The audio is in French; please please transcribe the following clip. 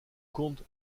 compte